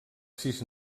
sis